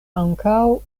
ankaŭ